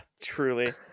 truly